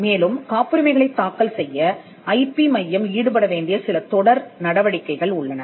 மேலும் காப்புரிமைகளைத் தாக்கல் செய்ய ஐ பி மையம் ஈடுபட வேண்டிய சில தொடர் நடவடிக்கைகள் உள்ளன